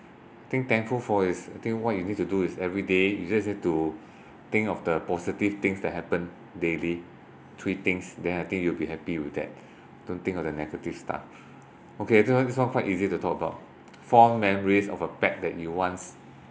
think thankful for is I think what you need to do is everyday you just need to think of the positive things that happen daily three things then I think you will be happy with that don't think of the negative start okay so this one quite easy to talk about fond memories of a pet that you once